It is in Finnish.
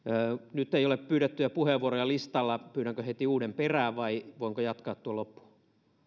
nyt ei ole pyydettyjä puheenvuoroja listalla pyydänkö heti uuden perään vai voinko jatkaa